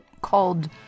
called